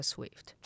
Swift